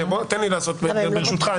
ברשותך,